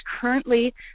currently